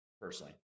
personally